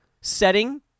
setting